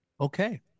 Okay